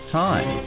time